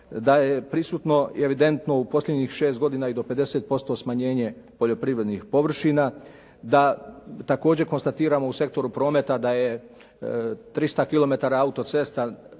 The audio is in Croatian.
da je prisutno i evidentno u posljednjih 6 godina i do 50% smanjenje poljoprivrednih površina, da također konstatiramo u sektoru prometa da je 300 km autocesta